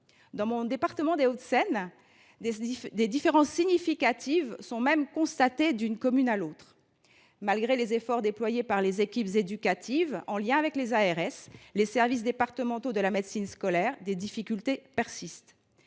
Dans le département des Hauts de Seine, des différences significatives sont constatées d’une commune à l’autre. Malgré les efforts déployés par les équipes éducatives, en lien avec les agences régionales de santé (ARS) et les services départementaux de médecine scolaire, des difficultés persistent.